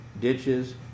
ditches